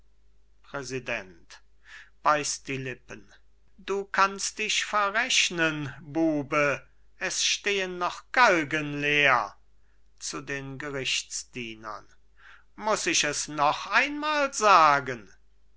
lippen du kannst dich verrechnen bube es stehen noch galgen leer zu den gerichtsdienern muß ich es noch einmal sagen